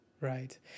Right